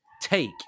take